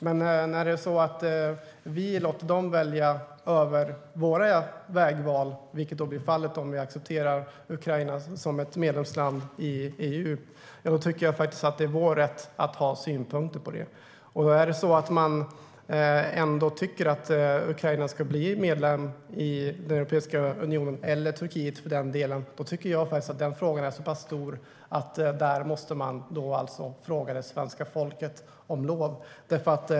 Men när vi låter dem bestämma över våra vägval, vilket blir fallet om vi accepterar Ukraina som medlemsland i EU, tycker jag att det är vår rätt att ha synpunkter på det. Om man ändå anser att Ukraina, eller Turkiet för den delen, ska bli medlem i Europeiska union tycker jag att den frågan är så pass viktig att man måste fråga svenska folket om lov.